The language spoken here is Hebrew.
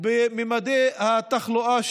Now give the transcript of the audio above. באמת בממדי התחלואה,